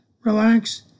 Relax